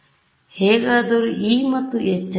ಆದ್ದರಿಂದ ಹೇಗಾದರೂ e ' ಮತ್ತು h